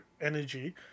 energy